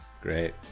Great